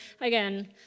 again